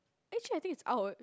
actually I think it's out